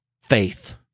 faith